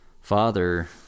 father